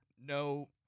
no